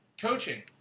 Coaching